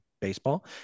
baseball